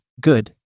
Good